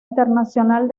internacional